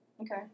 Okay